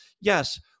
yes